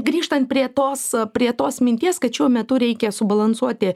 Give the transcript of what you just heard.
grįžtant prie tos prie tos minties kad šiuo metu reikia subalansuoti